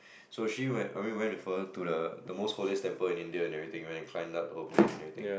so she went I mean I went with her to the the most holiest temple in India and everything and we climbed up the whole place and everything